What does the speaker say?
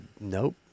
nope